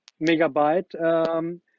megabyte